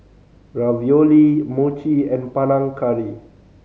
Ravioli Mochi and Panang Curry